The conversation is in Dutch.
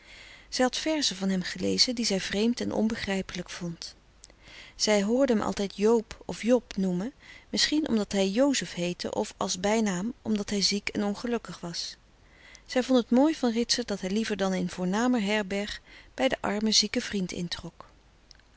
had verzen van hem gelezen die zij vreemd en onbegrijpelijk vond zij hoorde hem altijd joop of job noemen misschien omdat hij jozef heette of als bijnaam omdat hij ziek en ongelukkig was zij vond het mooi van ritsert dat hij liever dan in voornamer herberg bij den armen zieken vriend introk